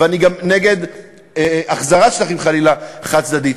ואני גם נגד החזרת שטחים, חלילה, חד-צדדית.